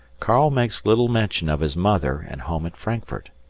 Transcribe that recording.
karl makes little mention of his mother and home at frankfurt.